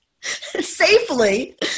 safely